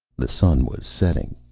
the sun was setting.